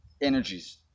energies